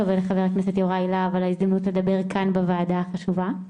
ולחבר הכנסת יוראי להב על ההזדמנות לדבר כאן בוועדה החשובה.